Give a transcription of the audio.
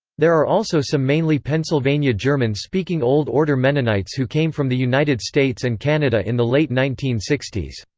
there are also some mainly pennsylvania german-speaking old order mennonites who came from the united states and canada in the late nineteen sixty s.